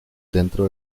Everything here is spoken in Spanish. dentro